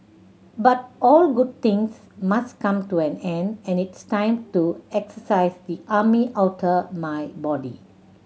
but all good things must come to an end and it's time to exorcise the army outta my body